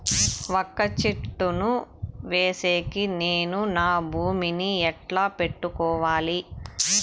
వక్క చెట్టును వేసేకి నేను నా భూమి ని ఎట్లా పెట్టుకోవాలి?